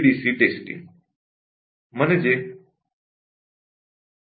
C testing वगैरे